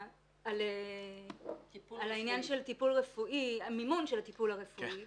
העניין של מימון של טיפול רפואי,